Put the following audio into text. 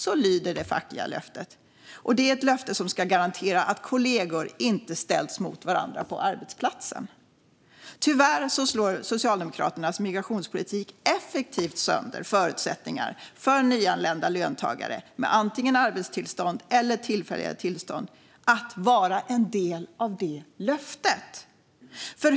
Så lyder det fackliga löftet. Det är ett löfte som ska garantera att kollegor inte ställs mot varandra på arbetsplatsen. Tyvärr slår Socialdemokraternas migrationspolitik effektivt sönder förutsättningar för nyanlända löntagare med antingen arbetstillstånd eller tillfälliga tillstånd att hålla det löftet.